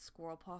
Squirrelpaw